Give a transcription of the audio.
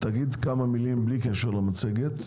תגיד כמה מילים בלי קשר למצגת,